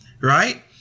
right